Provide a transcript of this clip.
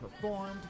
performed